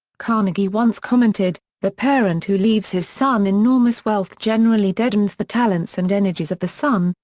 carnegie once commented, the parent who leaves his son enormous wealth generally deadens the talents and energies of the son,